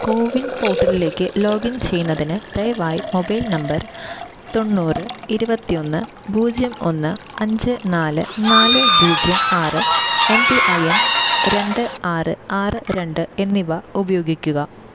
കോവിൻ പോർട്ടലിലേക്ക് ലോഗിൻ ചെയ്യുന്നതിന് ദയവായി മൊബൈൽ നമ്പർ തൊണ്ണൂറ് ഇരുപത്തി ഒന്ന് പൂജ്യം ഒന്ന് അഞ്ച് നാല് നാല് പൂജ്യം ആറ് എം പി ഐ എൻ രണ്ട് ആറ് ആറ് രണ്ട് എന്നിവ ഉപയോഗിക്കുക